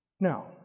Now